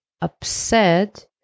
upset